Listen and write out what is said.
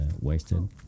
wasted